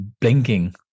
blinking